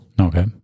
Okay